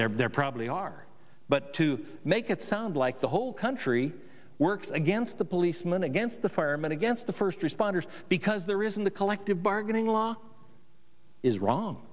there probably are but to make it sound like the whole country works against the policeman against the firemen against the first responders because there isn't the collective bargaining law is wrong